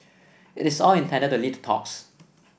it's all intended to lead to talks